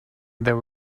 there